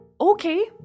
Okay